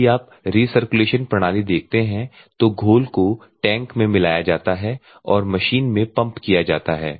यदि आप रीसर्कुलेशन प्रणाली देखते हैं तो घोल को टैंक में मिलाया जाता है और मशीन में पंप किया जाता है